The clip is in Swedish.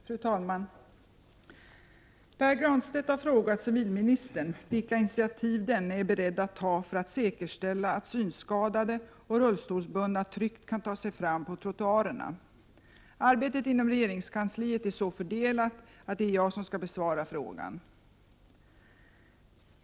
Fru talman! Pär Granstedt har frågat civilministern vilka initiativ denne är beredd att ta för att säkerställa att synskadade och rullstolsbundna tryggt kan ta sig fram på trottoarerna. Arbetet inom regeringen är så fördelat att det är jag som skall besvara frågan.